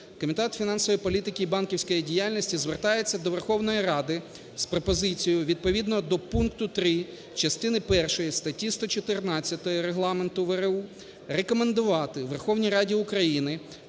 Комітет фінансової політики і банківської діяльності звертається до Верховної Ради з пропозицією відповідно до пункту 3 частини першої статті 114 Регламенту ВРУ рекомендувати Верховній Раді України